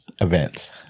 events